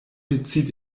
bezieht